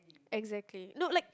exactly no like